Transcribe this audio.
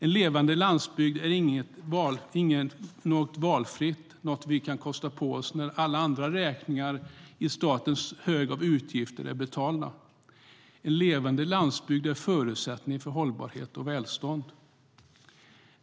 En levande landsbygd är inte något valfritt, något vi kan kosta på oss när alla andra räkningar i statens hög av utgifter är betalda. En levande landsbygd är en förutsättning för hållbarhet och välstånd.